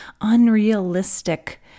unrealistic